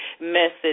message